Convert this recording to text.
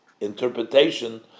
interpretation